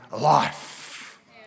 life